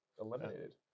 eliminated